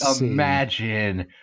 imagine